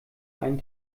einen